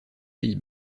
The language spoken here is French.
pays